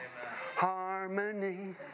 Harmony